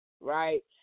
right